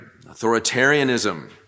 authoritarianism